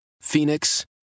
Phoenix